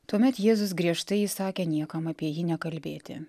tuomet jėzus griežtai įsakė niekam apie jį nekalbėti